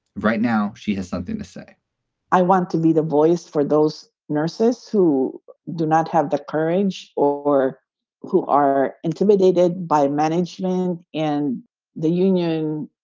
right now, she has something to say i want to be the voice for those nurses who do not have the courage or who are intimidated by management and the union.